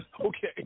Okay